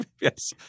yes